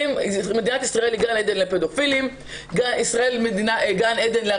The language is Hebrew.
מדינת ישראל היא גן עדן לפדופילים.